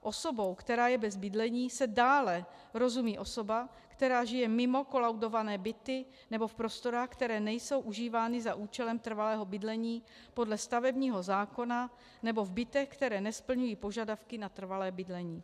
Osobou, která je bez bydlení, se dále rozumí osoba, která žije mimo kolaudované byty nebo v prostorách, které nejsou užívány za účelem trvalého bydlení podle stavebního zákona, nebo v bytech, které nesplňují požadavky na trvalé bydlení.